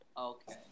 Okay